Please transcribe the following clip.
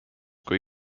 kui